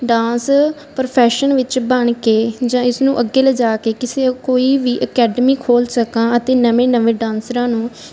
dance profession ਵਿੱਚ ਬਣ ਕੇ ਜਾਂ ਇਸ ਨੂੰ ਅੱਗੇ ਲਿਜਾ ਕੇ ਕਿਸੇ ਕੋਈ ਵੀ ਅਕੈਡਮੀ ਖੋਲ੍ਹ ਸਕਾਂ ਅਤੇ ਨਵੇਂ ਨਵੇਂ ਡਾਂਸਰਾਂ ਨੂੰ